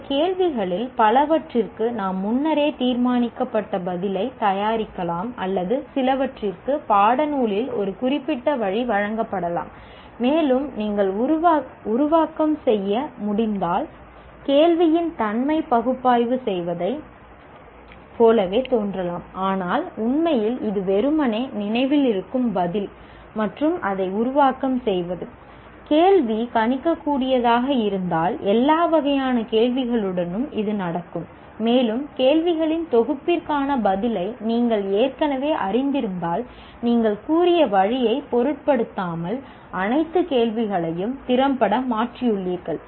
இந்த கேள்விகளில் பலவற்றிற்கு நாம் முன்னரே தீர்மானிக்கப்பட்ட பதிலைத் தயாரிக்கலாம் அல்லது சிலவற்றிற்கு பாடநூலில் ஒரு குறிப்பிட்ட வழி வழங்கப்படலாம் மேலும் நீங்கள் உருவாக்கம் செய்ய முடிந்தால் கேள்வியின் தன்மை பகுப்பாய்வு செய்வதைப் போலவே தோன்றலாம் ஆனால் உண்மையில் இது வெறுமனே நினைவில் இருக்கும் பதில் மற்றும் அதை உருவாக்கம் செய்வது கேள்வி கணிக்கக்கூடியதாக இருந்தால் எல்லா வகையான கேள்விகளுடனும் இது நடக்கும் மேலும் கேள்விகளின் தொகுப்பிற்கான பதிலை நீங்கள் ஏற்கனவே அறிந்திருந்தால் நீங்கள் கூறிய வழியைப் பொருட்படுத்தாமல் அனைத்து கேள்விகளையும் திறம்பட மாற்றியுள்ளீர்கள்